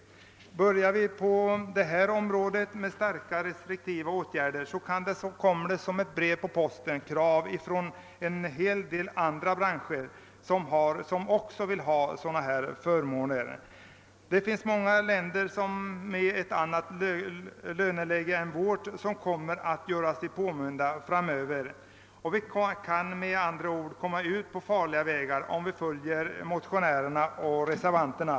Börjar vi vidta starkt restriktiva åtgärder på detta område kommer som ett brev på posten krav från andra branscher som vill ha liknande förmåner. Många länder med ett annat löneläge än vårt kommer att göra sig påminda framöver. Vi kan med andra ord komma ut på farliga vägar om vi följer motionärerna och reservanterna.